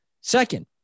Second